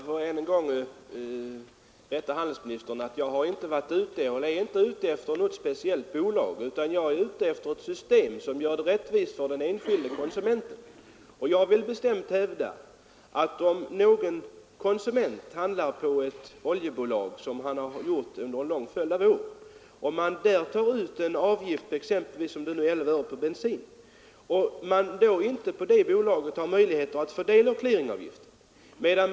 Herr talman! Jag måste än en gång rätta handelsministern. Jag är inte ute efter något speciellt bolag, utan jag vill ha ett system som gör det rättvist för den enskilde konsumenten. Jag vill bestämt hävda att det förhåller sig så här. Vi tänker oss att en konsument under en lång följd av år har handlat hos ett oljebolag, där man nu tar ut exempelvis en avgift av 11 öre på bensinen. Det bolaget har inte möjlighet att få del av clearingavgiften.